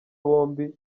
bombi